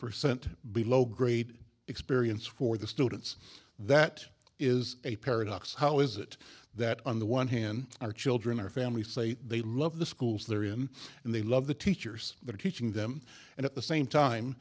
percent below grade experience for the students that is a paradox how is it that on the one hand our children our family say they love the schools they're in and they love the teachers that are teaching them and at the same time